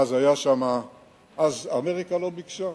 אז אמריקה לא ביקשה.